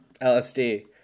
lsd